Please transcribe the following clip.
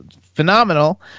phenomenal